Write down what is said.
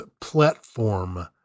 platform